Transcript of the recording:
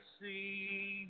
see